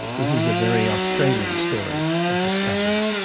this is a very australian story of discovery.